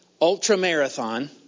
ultra-marathon